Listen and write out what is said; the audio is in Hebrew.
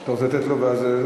אתה רוצה לאפשר לו?